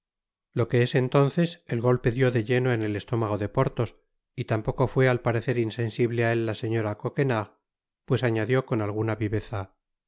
lo que es entonces el golpe dió de lleno en el estómago de porthos y tampoco fué al parecer insensible á él la señora coquenard pues añadió con alguna viveza